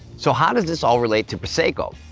so how does this all relate to prosecco?